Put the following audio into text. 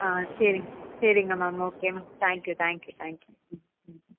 ஆ சரிங்க சரிங்க ma'am okay ma'am thank you thank you thank you ம்